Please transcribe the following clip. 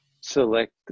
select